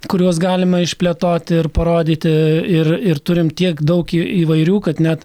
kuriuos galima išplėtoti ir parodyti ir ir turim tiek daug į įvairių kad net